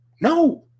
no